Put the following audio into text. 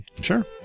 Sure